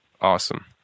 Awesome